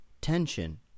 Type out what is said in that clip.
tension